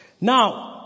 Now